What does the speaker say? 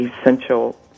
essential